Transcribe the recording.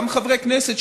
גם חברי כנסת,